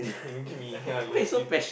you give me cannot you you